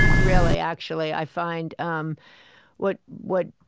really, actually. i find um what what